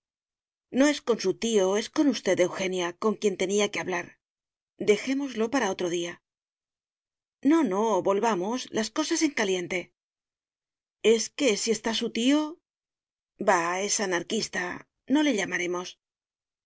no es con su tío es con usted eugenia con quien tenía que hablar dejémoslo para otro día no no volvamos las cosas en caliente es que si está su tío bah es anarquista no le llamaremos